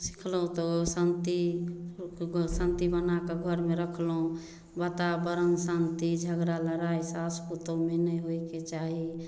सीखलहुॅं तऽ शांति रुक शांति बनाके घरमे रखलहुॅं बाताबरण शांति झगड़ा लड़ाइ सासु पुतोहु मे नहि होइके चाही